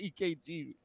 EKG